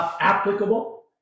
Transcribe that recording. applicable